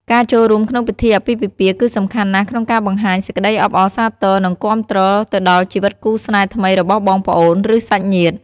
ការចូលរួមក្នុងពិធីអាពាហ៍ពិពាហ៍ គឺសំខាន់ណាស់ក្នុងការបង្ហាញសេចក្ដីអបអរសាទរ និងគាំទ្រទៅដល់ជីវិតគូស្នេហ៍ថ្មីរបស់បងប្អូន ឬសាច់ញាតិ។